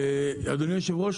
אדוני היושב-ראש,